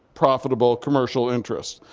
profitable commercial interests.